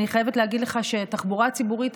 אני חייבת להגיד לך שההשקעה בתחבורה הציבורית,